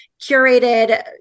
curated